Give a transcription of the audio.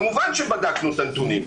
כמובן שבדקנו את הנתונים.